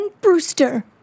Brewster